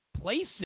places